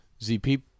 ZP